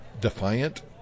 Defiant